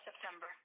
September